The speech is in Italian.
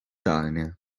turner